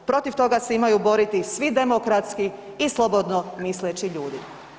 Protiv toga se imaju boriti svi demokratski i slobodnomisleći ljudi.